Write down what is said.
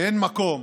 ואין מקום